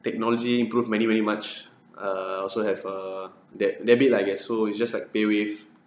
technology improve many many much err I also have uh debt debit lah I guess so it's just like paywave